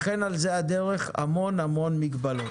וכן, על זה הדרך, המון המון מגבלות.